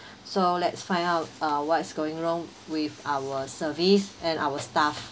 so let's find out uh what is going wrong with our service and our staff